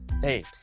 hey